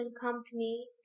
company